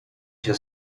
się